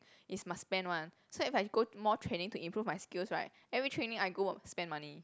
is must spend one so if I go more training to improve my skills right every training I go spend money